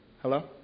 Hello